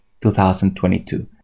2022